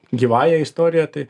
gyvąja istorija tai